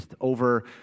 over